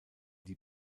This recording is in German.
die